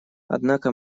однако